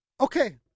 Okay